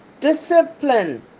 discipline